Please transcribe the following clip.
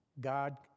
God